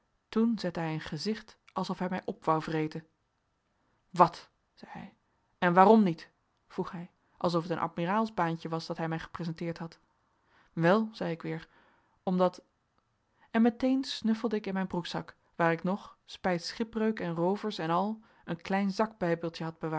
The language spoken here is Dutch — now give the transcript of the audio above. toen zette hij een gezicht alsof hij mij op wou vreten wat zei hij en waarom niet vroeg hij alsof het een admiraalsbaantje was dat hij mij gepresenteerd had wel zei ik weer omdat en meteen snuffelde ik in mijn broekzak waar ik nog spijt schipbreuk en roovers en al een klein zakbijbeltje had bewaard